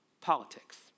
politics